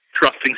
trusting